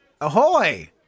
Ahoy